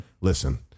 Listen